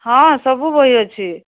ହଁ ସବୁ ବହି ଅଛି